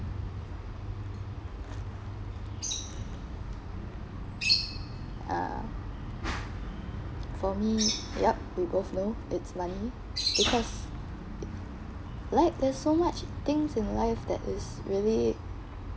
a'ah for me yup we both know it's money because like there's so much things in life that is really